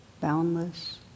boundless